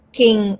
king